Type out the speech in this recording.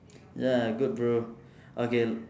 ya good bro okay